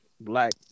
black